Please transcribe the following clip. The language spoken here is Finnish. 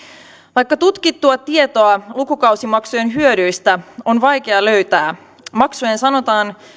vaikka tutkittua tietoa lukukausimaksujen hyödyistä on vaikea löytää maksujen sanotaan